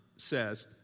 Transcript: says